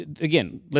again